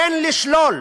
אין לשלול,